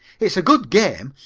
it's a good game,